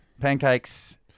Pancakes